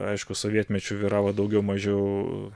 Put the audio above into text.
aišku sovietmečiu vyravo daugiau mažiau